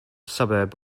suburb